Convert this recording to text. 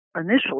initially